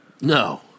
No